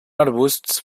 arbusts